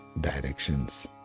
directions